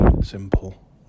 simple